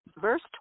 verse